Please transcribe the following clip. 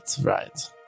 right